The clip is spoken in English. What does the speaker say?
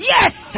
Yes